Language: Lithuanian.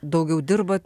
daugiau dirbat